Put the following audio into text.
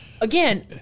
again